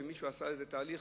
ומישהו עשה איזה תהליך,